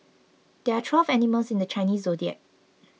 there are twelve animals in the Chinese zodiac